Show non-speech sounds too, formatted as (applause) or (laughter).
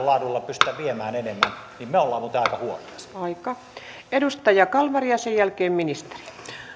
(unintelligible) laadulla pystytä viemään enemmän niin me olemme muuten aika huonoja siinä edustaja kalmari ja sen jälkeen ministeri